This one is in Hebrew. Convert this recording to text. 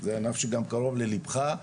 זה ענף שקרוב לליבך,